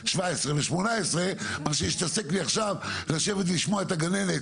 ו-18 מאשר שהיא תתעסק לי עכשיו בלשבת ולשמוע את הגננת